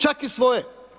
Čak i svoje.